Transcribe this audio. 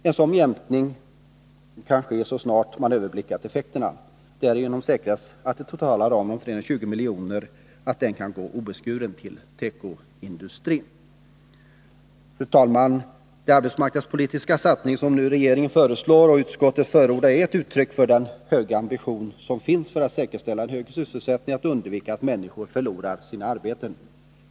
En sådan jämkning kan ske så snart man överblickat effekterna. Därigenom säkras att den totala ramen om 320 milj.kr. kan utgå obeskuren till tekoindustrin. Fru talman! Den arbetsmarknadspolitiska satsning som regeringen föreslår och utskottet förordar är ett uttryck för den höga ambition som finns att säkerställa en hög sysselsättning och undvika att människor förlorar sina arbeten.